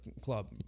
club